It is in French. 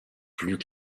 plus